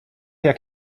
jak